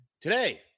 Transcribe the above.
today